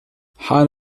حان